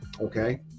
Okay